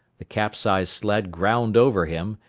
the capsized sled ground over him,